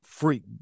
free